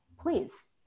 please